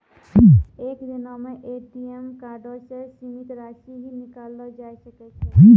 एक दिनो मे ए.टी.एम कार्डो से सीमित राशि ही निकाललो जाय सकै छै